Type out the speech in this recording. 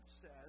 says